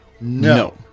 No